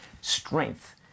strength